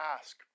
ask